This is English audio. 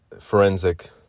forensic